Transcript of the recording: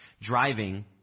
driving